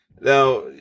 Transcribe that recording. now